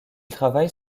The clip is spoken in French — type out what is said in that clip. travaille